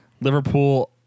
Liverpool